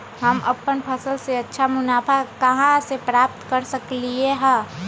हम अपन फसल से अच्छा मुनाफा कहाँ से प्राप्त कर सकलियै ह?